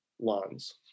lawns